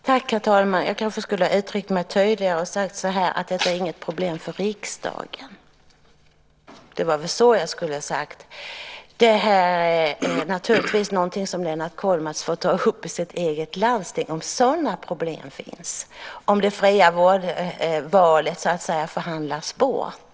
Herr talman! Jag kanske skulle ha uttryckt mig tydligare och sagt att detta inte är något problem för riksdagen. Det är naturligtvis någonting som Lennart Kollmats får ta upp i sitt eget landsting om sådana problem finns, om det fria valet förhandlats bort.